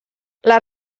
les